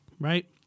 right